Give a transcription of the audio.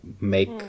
make